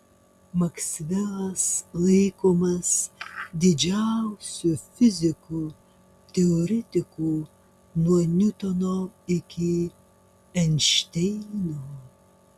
maksvelas laikomas didžiausiu fiziku teoretiku nuo niutono iki einšteino